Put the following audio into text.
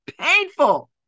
painful